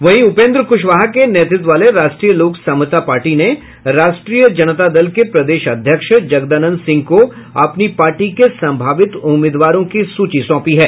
वहीं उपेंद्र क्शवाहा के नेतृत्व वाले राष्ट्रीय लोक समता पार्टी ने राष्ट्रीय जनता दल के प्रदेश अध्यक्ष जगदानंद सिंह को अपनी पार्टी के संभावित उम्मीदवारों की सूची सौंपी है